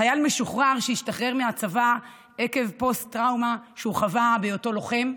חייל משוחרר שהשתחרר מהצבא עקב פוסט-טראומה שהוא חווה בהיותו לוחם,